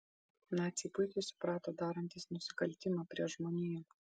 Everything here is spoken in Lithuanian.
naciai puikiai suprato darantys nusikaltimą prieš žmoniją